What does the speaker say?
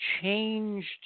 changed